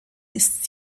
ist